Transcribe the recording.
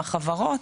החברות.